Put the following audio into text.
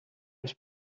was